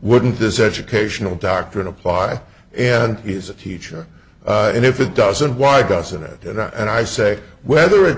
wouldn't this educational doctrine apply and he's a teacher and if it doesn't why doesn't it and i say whether it